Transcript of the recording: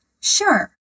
sure